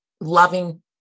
loving